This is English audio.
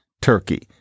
Turkey